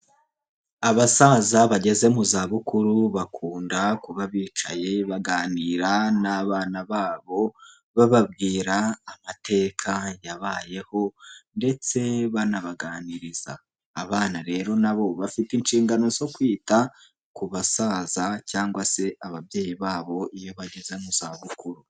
Abasaza bageze mu zabukuru bakunda kuba bicaye baganira n'abana babo, bababwira amateka yabayeho ndetse banabaganiriza. Abana rero na bo bafite inshingano zo kwita ku basaza cyangwa se ababyeyi babo iyo bageze mu zabukuru.